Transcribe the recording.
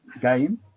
game